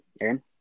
Aaron